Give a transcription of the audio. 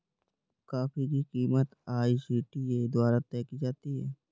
coffee की कीमत ICTA द्वारा तय की जाती है